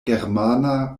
germana